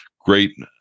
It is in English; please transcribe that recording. great